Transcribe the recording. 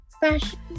fashion